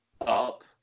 up